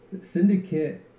Syndicate